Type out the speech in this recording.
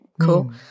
cool